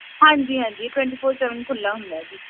ਹਾਂਜੀ ਹਾਂਜੀ twenty four seven ਖੁੱਲ੍ਹਾ ਹੁੰਦਾ ਹੈ ਜੀ